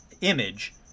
image